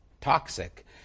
toxic